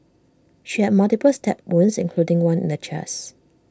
she had multiple stab wounds including one in the chest